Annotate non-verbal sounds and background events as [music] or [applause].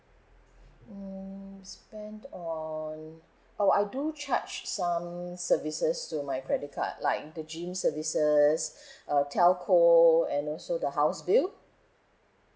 mm spend on oh I do charge some services to my credit card like the gym services [breath] uh telco and also the house bill